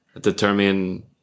determine